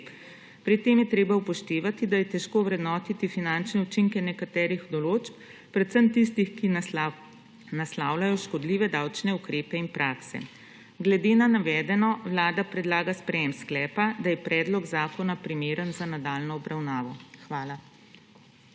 Pri tem je treba upoštevati, da je težko ovrednotiti finančne učinke nekaterih določb, predvsem tistih, ki naslavljajo škodljive davčne ukrepe in prakse. Glede na navedeno Vlada predlaga sprejetje sklepa, da je predlog zakona primeren za nadaljnjo obravnavo. Hvala.